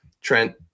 Trent